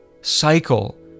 cycle